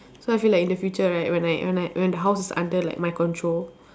so I feel like in the future right when I when I when the house is under like my control